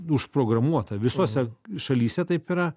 užprogramuota visose šalyse taip yra